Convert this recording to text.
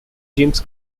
james